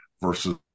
versus